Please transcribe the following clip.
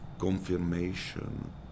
confirmation